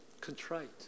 contrite